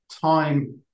time